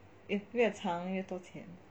eh 越长越多钱